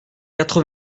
quatre